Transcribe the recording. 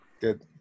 good